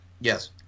Yes